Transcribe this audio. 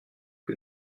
que